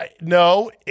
No